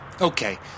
Okay